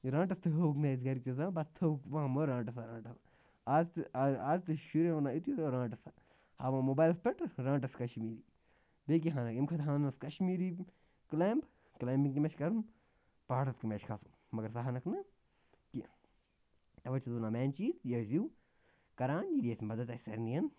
یہِ رانٛٹَس تہِ ہووُکھ نہٕ اَسہِ گَرِکیو زانٛہہ پَتہٕ تھٔوٕکھ وَہمہٕ رانٛٹَسا آز تہِ آز تہِ چھِ شُرٮ۪ن وَنان یُتُے رانٛٹَسا ہاوان موبایلَس پٮ۪ٹھ رانٛٹَس کشمیٖری بیٚیہِ کیٛاہ ہاونَکھ امہِ کھۄتہٕ ہاونَس کشمیٖری کٕلایمب کٕلایمبِنٛگ تہِ مےٚ چھِ کَرُن پہاڑَس کَمہِ آیہِ چھِ کھَسُن مگر سُہ ہاونَکھ نہٕ کیٚنٛہہ تَوَے چھُس بہٕ وَنان مین چیٖز یہِ کَران یہِ یہِ مَدَد اَسہِ سارنٕیَن